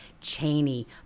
Cheney